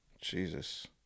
Jesus